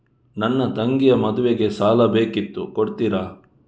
ನನ್ನ ತಂಗಿಯ ಮದ್ವೆಗೆ ಸಾಲ ಬೇಕಿತ್ತು ಕೊಡ್ತೀರಾ?